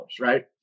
right